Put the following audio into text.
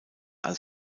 als